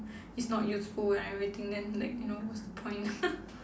is not useful and everything then like you know what's the point